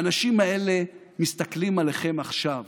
האנשים האלה מסתכלים עליכם עכשיו